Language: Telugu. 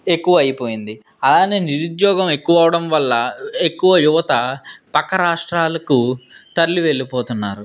ఎక్కువ అయిపోయింది అలానే నిరుద్యోగం ఎక్కువ అవ్వడం వల్ల ఎక్కువ యువత పక్క రాష్ట్రాలకు తరలి వెళ్ళిపోతున్నారు